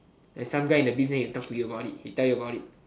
like some guy in the beef he'll talk to you about it he tell you about it